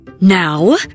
Now